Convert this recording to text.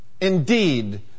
Indeed